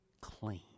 clean